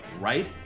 right